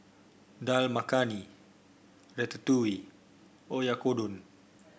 Dal Makhani Ratatouille Oyakodon